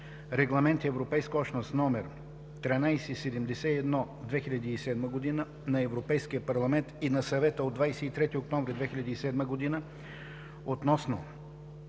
Регламент (ЕО) № 1371/2007 на Европейския парламент и на Съвета от 23 октомври 2007 г. относно